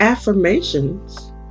Affirmations